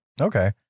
Okay